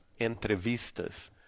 Entrevistas